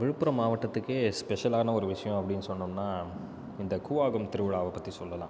விழுப்புரம் மாவட்டத்துக்கே ஸ்பெஷலான ஒரு விஷயம் அப்படின்னா இந்தக் கூவாகம் திருவிழாவை பற்றி சொல்லலாம்